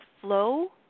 flow